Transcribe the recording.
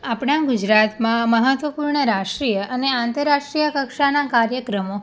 આપણા ગુજરાતમાં મહત્વપૂર્ણ રાષ્ટ્રીય અને આંતરરાષ્ટ્રીય કક્ષાના કાર્યક્રમો